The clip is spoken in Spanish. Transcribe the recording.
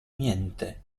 miente